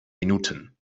minuten